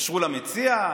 יתקשרו למציע,